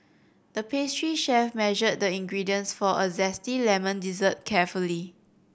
the pastry chef measured the ingredients for a zesty lemon dessert carefully